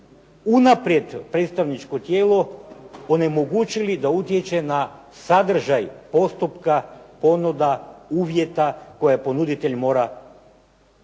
unaprijed predstavničko tijelo onemogućili da utječe na sadržaj postupka, ponuda, uvjeta koje ponuditelj mora.